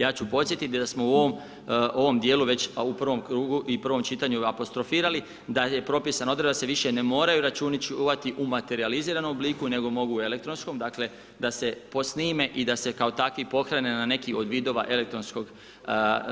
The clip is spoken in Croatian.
Ja ću podsjetiti, da smo u ovom dijelu već, a u prvom krugu i prvom čitanju apostrofirali, da je propisana Odredba da se više ne moraju računi čuvati u materijaliziranom obliku, nego mogu u elektronskom, dakle, da se posnime i da se kao takvi pohrane na neki od vidova elektronskog